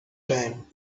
time